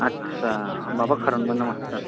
आस्सा माबा खारनमोन नामा सार